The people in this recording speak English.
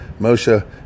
Moshe